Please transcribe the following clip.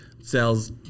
sells